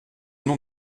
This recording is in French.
nom